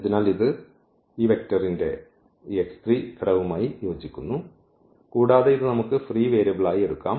അതിനാൽ ഇത് ഈ വെക്റ്ററിന്റെ ഈ ഘടകവുമായി യോജിക്കുന്നു കൂടാതെ ഇത് നമുക്ക് ഫ്രീ വേരിയബിളായി എടുക്കാം